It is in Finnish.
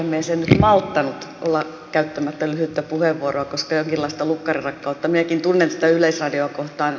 en nyt malttanut olla käyttämättä lyhyttä puheenvuoroa koska jonkinlaista lukkarinrakkautta minäkin tunnen tätä yleisradiota kohtaan